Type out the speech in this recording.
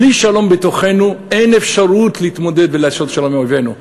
בלי שלום בתוכנו אין אפשרות להתמודד ולעשות שלום עם אויבינו.